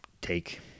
take